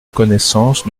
connaissance